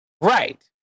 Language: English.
Right